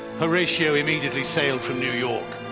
horatio immediately sailed from new york.